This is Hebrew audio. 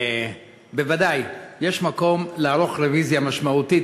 בוודאי, יש מקום לערוך רוויזיה משמעותית.